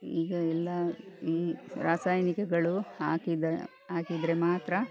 ಈಗ ಎಲ್ಲ ಈ ರಾಸಾಯನಿಕಗಳು ಹಾಕಿದ ಹಾಕಿದ್ರೆ ಮಾತ್ರ